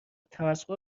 تمسخر